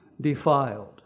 defiled